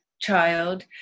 child